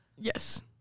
Yes